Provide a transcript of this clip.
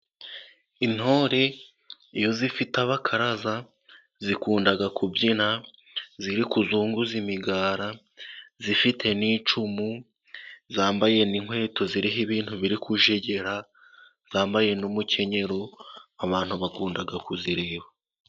Intore iyo zifite abakaraza zikunda kubyina ziri kuzunguza imigara zifite n'icumu, zambaye n'inkweto ziriho ibintu biri kujegera, zambaye n'umukenyero. Abantu bakunda kuzireba.